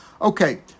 Okay